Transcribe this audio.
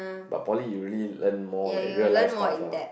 but Poly you really learn more like real life stuff ah